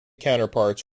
counterparts